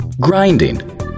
Grinding